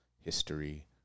history